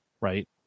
right